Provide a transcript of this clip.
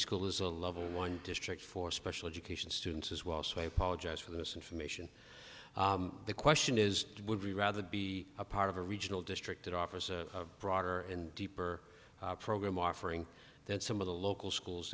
school is a level one district for special education students as well so i apologize for this information the question is would you rather be a part of a regional district that offers a broader and deeper program offering that some of the local schools